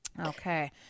Okay